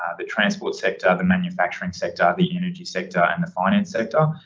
ah the transport sector, the manufacturing sector, the energy sector and the finance sector.